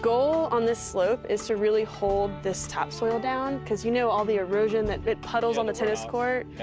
goal on this slope is to really hold this topsoil down because you know all the erosion that it puddles on the tennis court.